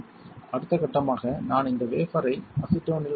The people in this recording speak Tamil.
அடுத்த கட்டமாக நான் இந்த வேபர்ரை அசிட்டோனில் நனைப்பேன்